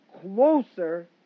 closer